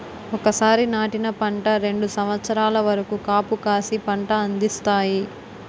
ఒకసారి నాటిన పంట రెండు సంవత్సరాల వరకు కాపుకాసి పంట అందిస్తాయి